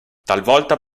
talvolta